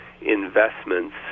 investments